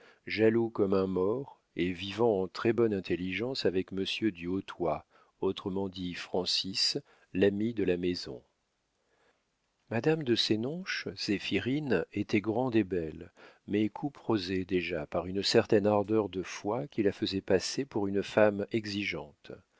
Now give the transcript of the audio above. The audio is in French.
jaloux comme un more et vivant en très-bonne intelligence avec monsieur du hautoy autrement dit francis l'ami de la maison madame de senonches zéphirine était grande et belle mais couperosée déjà par une certaine ardeur de foie qui la faisait passer pour une femme exigeante